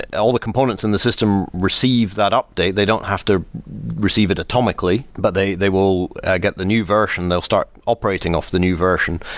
all the components in the system receive that update. they don't have to receive it atomically, but they they will get the new version. they'll start operating off the new version.